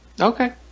Okay